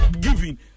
giving